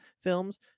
films